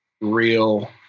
real